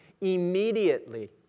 immediately